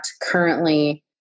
currently